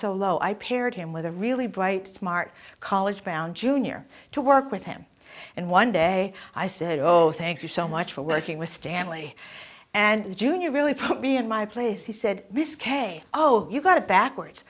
so low i paired him with a really bright smart college brown jr to work with him and one day i said oh thank you so much for working with stanley and junior really put me in my place he said risque oh you've got it backwards